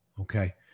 Okay